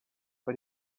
but